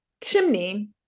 chimney